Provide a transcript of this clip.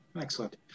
excellent